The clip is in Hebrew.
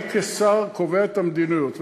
אני כשר קובע את המדיניות,